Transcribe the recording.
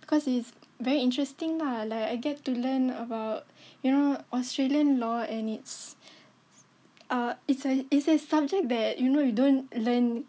because it's very interesting lah like I get to learn about you know Australian law and it's uh it's a it's a subject that you know you don't learn